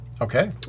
Okay